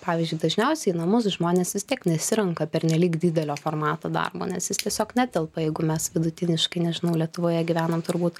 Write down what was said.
pavyzdžiui dažniausiai į namus žmonės vis tiek nesirenka pernelyg didelio formato darbo nes jis tiesiog netelpa jeigu mes vidutiniškai nežinau lietuvoje gyvenam turbūt